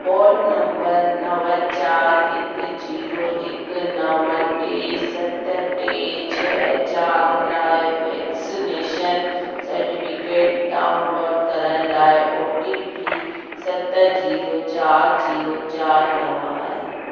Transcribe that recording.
phone number नव चारि हिकु ज़ीरो हिकु नव टे सत टे छह चारि लाइ वैक्सीनेशन सर्टिफिकेट डाउनलोड करण लाइ ओ टी पी सत ज़ीरो चारि ज़ीरो चारि नव आहे